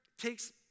takes